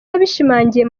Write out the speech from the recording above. yabishimangiye